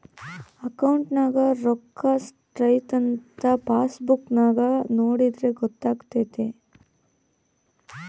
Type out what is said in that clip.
ಅಕೌಂಟ್ನಗ ರೋಕ್ಕಾ ಸ್ಟ್ರೈಥಂಥ ಪಾಸ್ಬುಕ್ ನಾಗ ನೋಡಿದ್ರೆ ಗೊತ್ತಾತೆತೆ